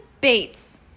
Bates